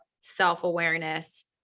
self-awareness